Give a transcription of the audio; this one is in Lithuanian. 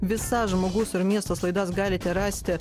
visas žmogus ir miestas laidas galite rasti